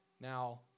Now